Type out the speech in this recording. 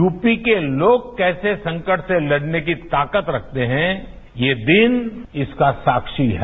UP के लोग कैसे संकट से लड़ने की ताकत रखते हैं ये दिन इसका साक्षी है